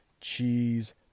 cheese